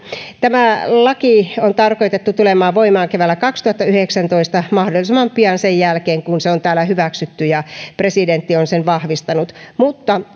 tämä laki on tarkoitettu tulemaan voimaan keväällä kaksituhattayhdeksäntoista mahdollisimman pian sen jälkeen kun se on täällä hyväksytty ja presidentti on sen vahvistanut mutta